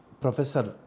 professor